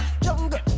jungle